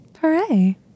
Hooray